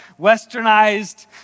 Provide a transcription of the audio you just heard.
westernized